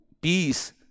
peace